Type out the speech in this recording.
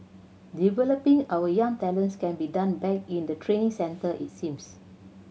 developing our young talents can be done back in the training centre it seems